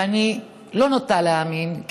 ואני נוטה שלא להאמין,